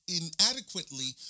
inadequately